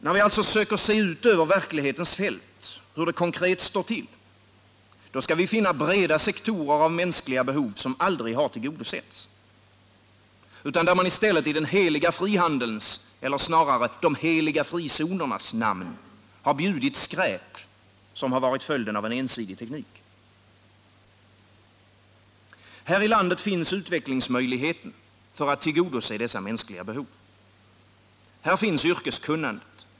När vi söker se ut över verklighetens fält, hur det konkret står till, då skall vi finna breda sektorer av mänskliga behov som aldrig har tillgodosetts och där man i stället i den heliga frihandelns — eller snarare de heliga frizonernas — namn bjudit skräp, som varit följden av en ensidig teknik. Häri landet finns utvecklingsmöjligheter för att tillgodose dessa mänskliga behov. Här finns yrkeskunnandet.